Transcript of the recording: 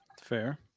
Fair